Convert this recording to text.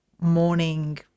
morning